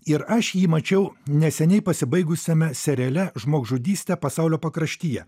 ir aš jį mačiau neseniai pasibaigusiame seriale žmogžudystė pasaulio pakraštyje